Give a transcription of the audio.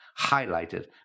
highlighted